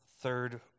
third